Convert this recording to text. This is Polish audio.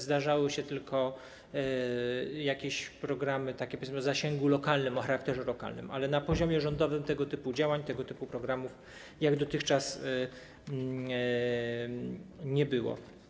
Zdarzały się tylko jakieś programy, powiedzmy, o zasięgu lokalnym, o charakterze lokalnym, ale na poziomie rządowym tego typu działań, tego typu programów jak dotychczas nie było.